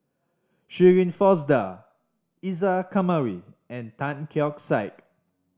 Shirin Fozdar Isa Kamari and Tan Keong Saik